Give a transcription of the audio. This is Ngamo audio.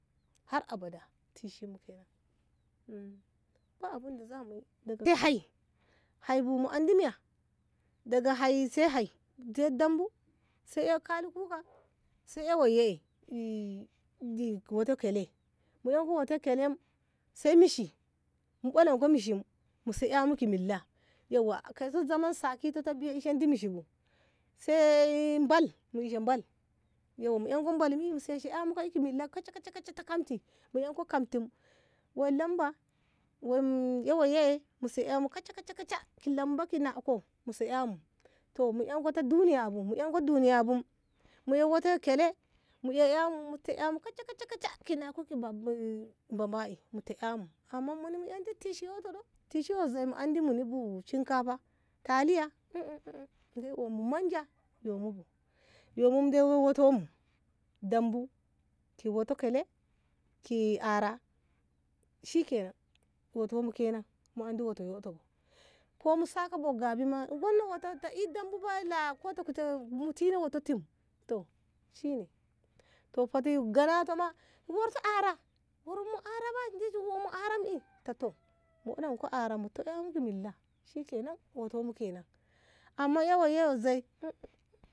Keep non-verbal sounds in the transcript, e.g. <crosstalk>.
har abada tishinmu kenan <hesitation> ba'abunda zamuyi da hai hai bu mu andi miya daga hai sai hai sai dambu sai kalikuka sai e woiye e boto kele mun yanko boti kelem sai mishi mu ƙanko mishi mu se ƙanmu ki milla yauwa kaiso zaman sakito ko ta biya a ishedi mishi bu sai bal mu ishe bal yauwa mu ɗanko bal ei mu seshe ɗa mu ki milla kacha- kacha- kacha ta kamti mu ƙanko kamti woi lamba wom e woiye mu se ƙanmu kacha kacha ki lamba ki nahko mu se ƙamu toh mu ƙanko ta duniyafun mu ƙanko duniyafun mu e woto kele mu e ya mu mu te ƙamu kacha kacha ki nahko ki baba. in mute ƙamu amma muni mu andi tishi ƙoto tishi ƙo zei andi muni bu shinkafa taliya <hesitation> ndeyi omu manja yomu bu yomu dai woi to mu dambu ki woto kele ki ara shikenan woto mu kenan mu andi woto ƙoto bu ko mu sake bo gyabi ma gono woto ta i dambu bai la kota kute mu tina woto tim toh shine hoti gyaɗa to ma worti ara worinmu ara ba shi ditu shi woɗ mu aram mi ta toh mu woɗanko ara mu tei ƙamu ki milla shikenan wotonmu kenan amma ƙa woi yo zei umm.